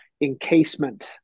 encasement